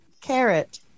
carrot